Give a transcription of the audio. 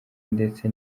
ndetse